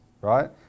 right